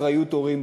אחריות הורים,